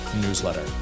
newsletter